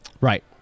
Right